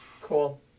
Cool